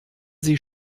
sie